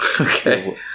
Okay